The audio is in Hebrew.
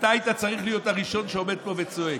אתה היית צריך להיות הראשון שעומד פה וצועק.